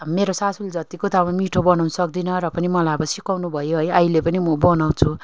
मेरो सासूले जतिको त अब मिठो बनाउनु सक्दिनँ र पनि मलाई अब सिकाउनु भयो है अहिले पनि म बनाउँछु